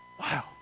Wow